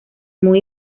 muy